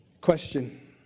Question